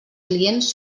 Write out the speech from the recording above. clients